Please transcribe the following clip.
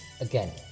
again